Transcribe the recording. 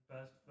best